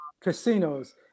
casinos